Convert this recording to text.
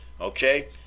Okay